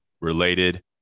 related